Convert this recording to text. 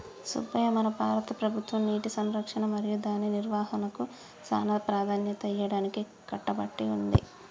సుబ్బయ్య మన భారత ప్రభుత్వం నీటి సంరక్షణ మరియు దాని నిర్వాహనకు సానా ప్రదాన్యత ఇయ్యడానికి కట్టబడి ఉంది